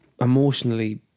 emotionally